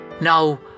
Now